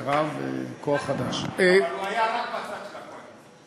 אבל הוא היה רק בצד של הקואליציה.